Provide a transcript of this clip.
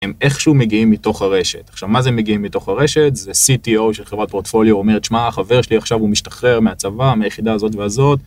הם איכשהו מגיעים מתוך הרשת עכשיו מה זה מגיעים מתוך הרשת זה CTO של חברת פורטפוליו אומרת שמע החבר שלי עכשיו הוא משתחרר מהצבא מהיחידה הזאת והזאת